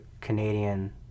Canadian